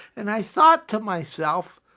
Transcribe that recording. and i thought to myself,